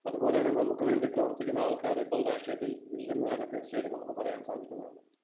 അതുപോലെ തന്നെ നമുക്ക് വേണ്ടി പ്രവർത്തിക്കുന്ന ആൾക്കാരിപ്പോൾ രാഷ്ട്രീയത്തിൽ ഇല്ലെന്ന് തന്നെ തീർച്ചയായിട്ടും നമുക്ക് പറയാൻ സാധിക്കുന്നതാണ്